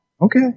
Okay